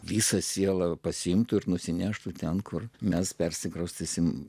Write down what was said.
visą sielą pasiimtų ir nusineštų ten kur mes persikraustysime